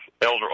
elder